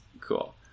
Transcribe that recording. Cool